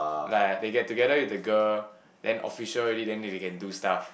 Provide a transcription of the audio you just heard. like they get together with the girl then official already then that they can do stuff